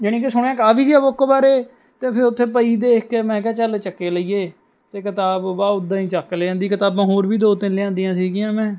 ਜਾਣੀ ਕਿ ਸੁਣਿਆ ਕਾਫ਼ੀ ਸੀ ਇਹ ਬੁੱਕ ਬਾਰੇ ਅਤੇ ਫਿਰ ਉੱਥੇ ਪਈ ਦੇਖ ਕੇ ਮੈਂ ਕਿਹਾ ਚੱਲ ਚੱਕ ਹੀ ਲਈਏ ਅਤੇ ਕਿਤਾਬ ਉੱਦਾਂ ਹੀ ਚੱਕ ਲਿਆਂਦੀ ਕਿਤਾਬਾਂ ਹੋਰ ਵੀ ਦੋ ਤਿੰਨ ਲਿਆਉਂਦੀਆਂ ਸੀ ਮੈਂ